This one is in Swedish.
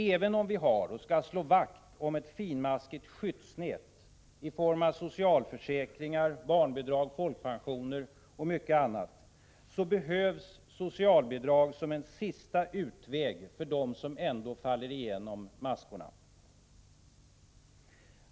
Även om vi har, och skall slå vakt om, ett finmaskigt skyddsnät i form av socialförsäkringar, barnbidrag, folkpensioner och mycket annat behövs socialbidrag som en sista utväg för dem som faller igenom maskorna.